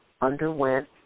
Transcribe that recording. underwent